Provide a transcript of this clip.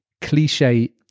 cliche